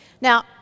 Now